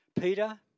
Peter